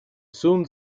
sun